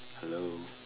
hello